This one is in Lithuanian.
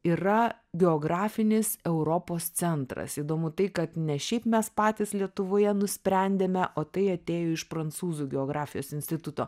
yra geografinis europos centras įdomu tai kad ne šiaip mes patys lietuvoje nusprendėme o tai atėjo iš prancūzų geografijos instituto